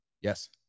Yes